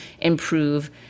improve